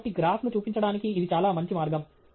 కాబట్టి గ్రాఫ్ను చూపించడానికి ఇది చాలా మంచి మార్గం